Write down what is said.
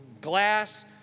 glass